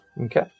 Okay